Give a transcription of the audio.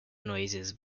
noises